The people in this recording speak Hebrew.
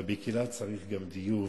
אבל בקהילה צריך גם דיור,